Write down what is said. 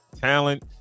talent